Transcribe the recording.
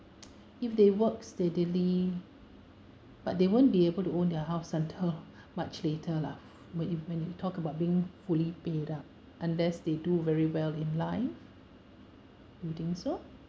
if they work steadily but they won't be able to own their house until much later lah when you when you talk about being fully paid up unless they do very well in life do you think so